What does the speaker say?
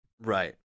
right